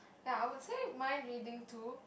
ya I would say mind reading too